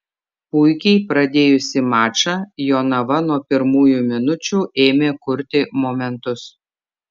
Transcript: puikiai pradėjusi mačą jonava nuo pirmųjų minučių ėmė kurti momentus